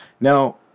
Now